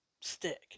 stick